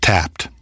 Tapped